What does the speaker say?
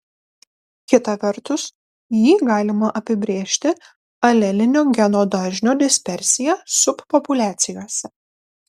kita vertus jį galima apibrėžti alelinio geno dažnio dispersija subpopuliacijose